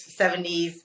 70s